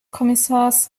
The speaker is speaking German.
kommissars